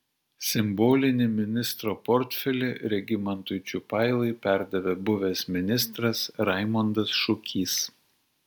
simbolinį ministro portfelį regimantui čiupailai perdavė buvęs ministras raimondas šukys